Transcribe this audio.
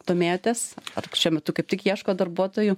domėtis ar šiuo metu kaip tik ieško darbuotojų